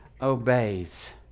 obeys